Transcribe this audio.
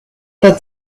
that